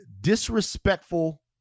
disrespectful